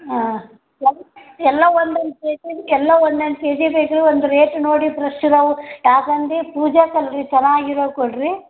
ಹಾಂ ಎಲ್ಲ ಎಲ್ಲ ಒಂದೊಂದು ಕೆಜಿ ಎಲ್ಲ ಒಂದೊಂದು ಕೆಜಿ ಬೇಕು ರೀ ಒಂದು ರೇಟ್ ನೋಡಿ ಫ್ರೆಶ್ ಅದಾವಾ ಯಾಕಂದೆ ಪೂಜಾಕಲ್ಲ ರಿ ಚೆನ್ನಾಗಿರೋದು ಕೊಡಿರಿ